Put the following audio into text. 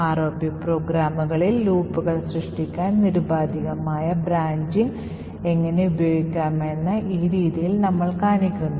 ROP പ്രോഗ്രാമുകളിൽ ലൂപ്പുകൾ സൃഷ്ടിക്കാൻ നിരുപാധികമായ ബ്രാഞ്ചിംഗ് എങ്ങനെ ഉപയോഗിക്കാമെന്ന് ഈ രീതിയൽ നമ്മൾ കാണിക്കുന്നു